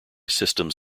systems